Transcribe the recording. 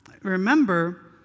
Remember